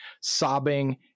sobbing